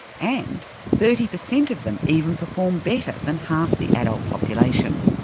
and thirty percent of them even perform better than half the adult population.